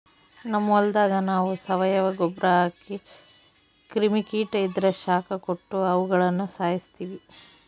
ನಮ್ ಹೊಲದಾಗ ನಾವು ಸಾವಯವ ಗೊಬ್ರ ಹಾಕಿ ಕ್ರಿಮಿ ಕೀಟ ಇದ್ರ ಶಾಖ ಕೊಟ್ಟು ಅವುಗುಳನ ಸಾಯಿಸ್ತೀವಿ